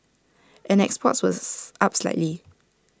and exports was up slightly